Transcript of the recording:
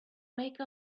make